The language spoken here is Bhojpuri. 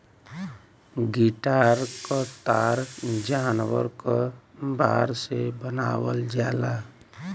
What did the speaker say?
गिटार क तार जानवर क बार से बनावल जाला